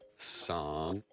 song.